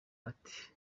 ati